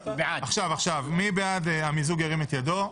עכשיו, מי בא המיזוג, ירים את ידו.